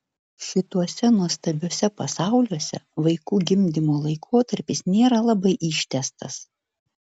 šituose nuostabiuose pasauliuose vaikų gimdymo laikotarpis nėra labai ištęstas